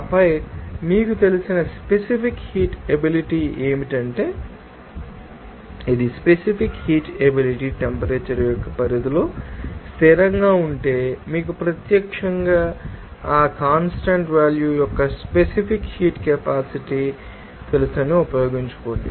ఆపై మీకు తెలిసిన స్పెసిఫిక్ హీట్ ఎబిలిటీ ఏమిటంటే ఇది స్పెసిఫిక్ హీట్ ఎబిలిటీ ఆ టెంపరేచర్ యొక్క పరిధిలో స్థిరంగా ఉంటే మీకు ప్రత్యక్షంగా మీకు తెలుసు ఆ కాన్స్టాంట్ వాల్యూ యొక్క స్పెసిఫిక్ హీట్ కెపాసిటీ మీకు తెలుసని ఉపయోగించుకోండి